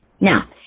Now